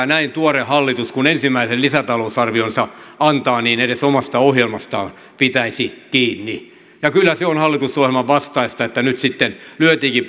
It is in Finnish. näin tuore hallitus kun ensimmäisen lisätalousarvionsa antaa edes omasta ohjelmastaan pitäisi kiinni ja kyllä se on hallitusohjelman vastaista että nyt sitten lyötiinkin